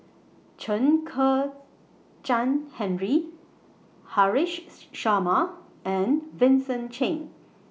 Chen Kezhan Henri Haresh Sharma and Vincent Cheng